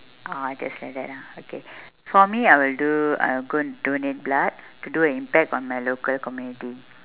orh just like that ah okay for me I will do I'll go and donate blood to do an impact on my local community